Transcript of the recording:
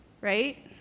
Right